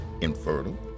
infertile